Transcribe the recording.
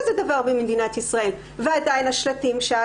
כזה במדינת ישראל אבל עדיין השלטים שם,